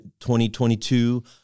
2022